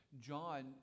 John